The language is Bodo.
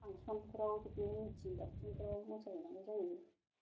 फांसनफ्राव बिदिनो मिथिं दावथिंफ्राव मोसा हैनांगौ जायो